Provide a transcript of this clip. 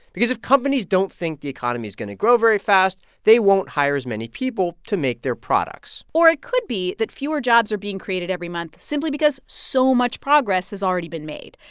because if companies don't think the economy is going to grow very fast, they won't hire as many people to make their products or it could be that fewer jobs are being created every month simply because so much progress has already been made.